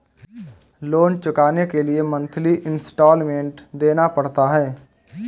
loan चुकाने के लिए मंथली इन्सटॉलमेंट देना पड़ता है